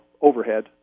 overhead